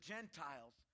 Gentiles